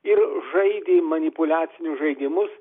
ir žaidė manipuliacinius žaidimus